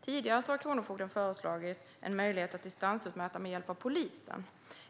Tidigare har Kronofogden föreslagit en möjlighet att distansutmäta med hjälp av polisen.